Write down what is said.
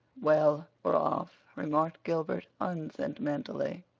well, we're off, remarked gilbert unsentimentally.